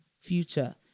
future